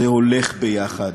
זה הולך ביחד.